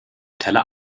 teller